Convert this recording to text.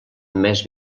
més